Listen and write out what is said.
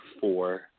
four